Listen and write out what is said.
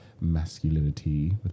masculinity